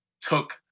took